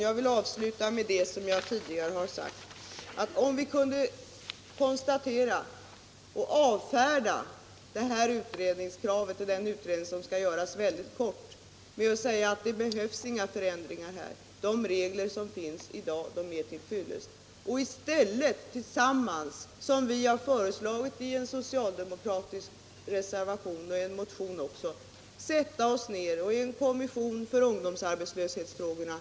Jag vill avsluta med det som jag tidigare har sagt: Tänk om vi kunde avfärda den utredning som skall göras med att säga att det behövs inga förändringar — de regler som finns i dag är till fyllest — och i stället tillsammans, som vi har föreslagit i en socialdemokratisk reservation och även i en motion, sätta oss ner i en kommission för ungdomsarbetslöshetsfrågorna.